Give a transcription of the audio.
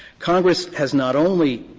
congress has not only